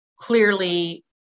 clearly